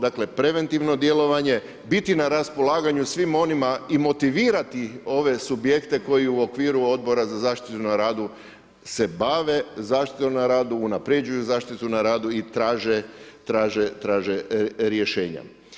Dakle, preventivno djelovanje, biti na raspolaganju svima onima i motivirati ove subjekte koji u okviru odbora za zaštitu na radu se bave zaštitom na radu, unapređuju zaštitu na radu i traže rješenja.